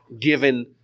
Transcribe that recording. given